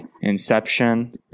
Inception